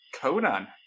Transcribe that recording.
Conan